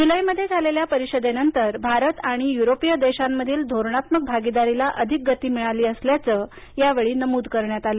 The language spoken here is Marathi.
जुलैमध्ये झालेल्या परिषदेनंतर भारत आणि युरोपीय देशांमधील धोरणात्मक भागीदारीला अधिक गती मिळाली असल्याचं या वेळी नमूद करण्यात आलं